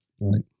right